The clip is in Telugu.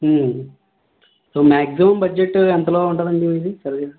సో మాక్సిమం బడ్జెట్ ఎంతలో ఉంటుంది అండి మీది సర్విస్